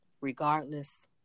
regardless